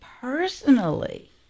personally